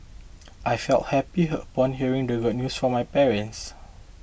I felt happy upon hearing the good news from my parents